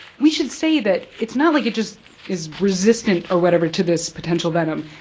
we should say that it's not like it just is resistant or whatever to this potential venom.